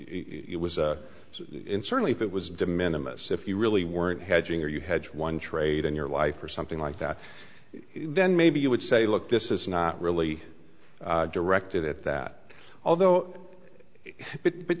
it was a certainly if it was demand a mess if you really weren't hedging or you had one trade in your life or something like that then maybe you would say look this is not really directed at that although but